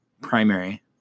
primary